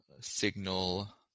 signal